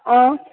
ആ